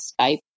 Skype